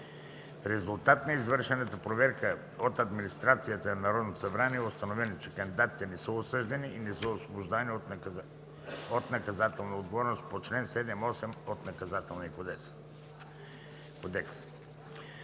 резултат на извършена проверка от администрацията на Народното събрание е установено, че кандидатите не са осъждани и не са освобождавани от наказателна отговорност по чл. 78а от Наказателния кодекс.